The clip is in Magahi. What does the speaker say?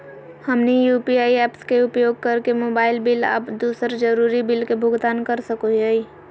हमनी यू.पी.आई ऐप्स के उपयोग करके मोबाइल बिल आ दूसर जरुरी बिल के भुगतान कर सको हीयई